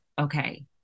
okay